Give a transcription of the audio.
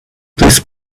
please